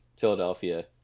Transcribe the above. Philadelphia